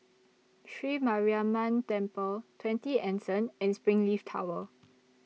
Sri Mariamman Temple twenty Anson and Springleaf Tower